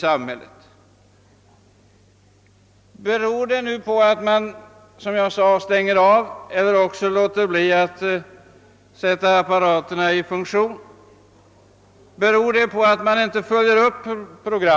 Vad beror det på att folk stänger av eller låter bli att koppla på apparaterna? Beror dett.ex. på att programmen inte följs upp?